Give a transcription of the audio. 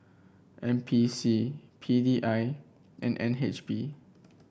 N P C P D I and N H B